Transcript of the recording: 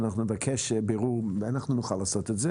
אנחנו נבקש בירור, אנחנו נוכל לעשות את זה